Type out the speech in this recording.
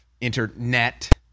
Internet